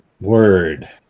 Word